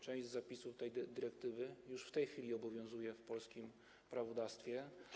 Część zapisów tej dyrektywy już w tej chwili obowiązuje w polskim prawodawstwie.